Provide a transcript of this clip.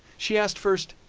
she asked first